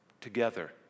together